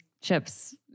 chips